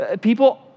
people